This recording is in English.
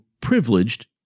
privileged